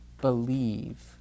believe